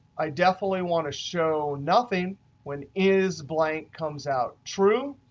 i definitely want to show nothing when is blank comes out true.